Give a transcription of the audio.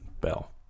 bell